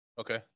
okay